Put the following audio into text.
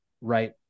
right